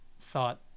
thought